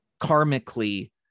karmically